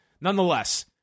Nonetheless